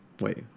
wait